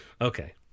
Okay